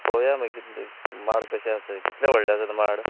पळोवया मागीर कितले माड कशे आस तें कितले व्हडलें आसा माड